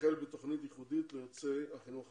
החל בתוכנית ייחודית ליוצאי החינוך החרדי.